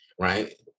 right